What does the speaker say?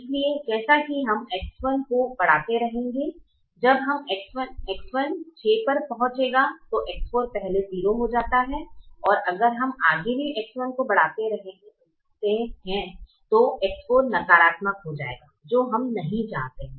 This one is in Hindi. इसलिए जैसा कि हम X1 को बढ़ाते रहेंगे हैं जब X1 6 पर पहुंचेगा है तो X4 पहले 0 हो जाता है और अगर हम आगे भी X1 बढ़ाते हैं तो X4 नकारात्मक हो जाएगा जो हम नहीं चाहते हैं